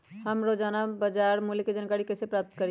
हम रोजाना बाजार मूल्य के जानकारी कईसे पता करी?